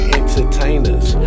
entertainers